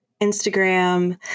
Instagram